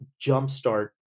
jumpstart